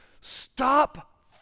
stop